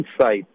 insight